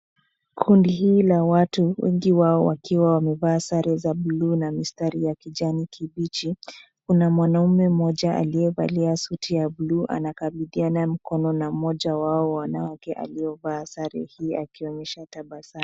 Kundi hii la watu, wengi wao wakiwa wamevaa sare za buluu na mistari ya kijani kibichi. Kuna mwanamume mmoja aliyevalia suti ya buluu anakabidhiana mkono na mmoja wao wa wanawake aliyovaa sare hii akionyesha tabasamu.